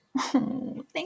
Thank